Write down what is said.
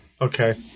Okay